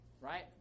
right